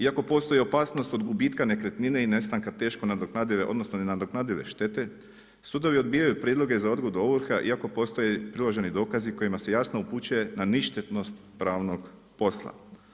Iako postoji opasnost od gubitka nekretnine i nestanka teško nadoknadive odnosno nenadoknadive štete, sudovi odbijaju prijedloge za odgodu ovrha iako postoji priloženi dokazi kojima se jasno upućuje na ništetnost pravnog posla.